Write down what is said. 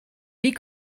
wie